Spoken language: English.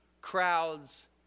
crowds